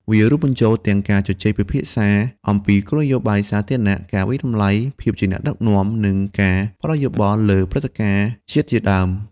វារួមបញ្ចូលទាំងការជជែកពិភាក្សាអំពីគោលនយោបាយសាធារណៈ ការវាយតម្លៃភាពជាអ្នកដឹកនាំ និងការផ្ដល់យោបល់លើព្រឹត្តិការណ៍ជាតិជាដើម។